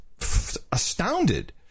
astounded